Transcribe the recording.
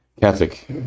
Catholic